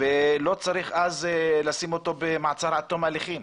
ולא צריך לשים אותו במעצר עד תום הליכים.